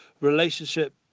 relationship